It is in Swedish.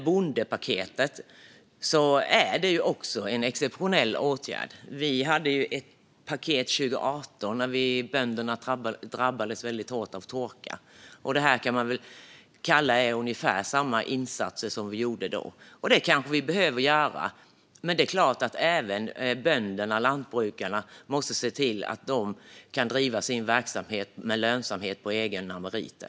Bondepaketet är också en exceptionell åtgärd. Vi hade ett paket även 2018 då bönderna drabbades väldigt hårt av torka. Det här är ungefär samma insats som vi gjorde då. Kanske behöver vi göra så här. Men även bönderna och lantbrukarna måste se till att de kan driva sin verksamhet med lönsamhet på egna meriter.